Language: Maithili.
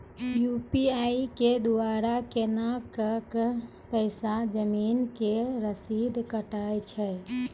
यु.पी.आई के द्वारा केना कऽ पैसा जमीन के रसीद कटैय छै?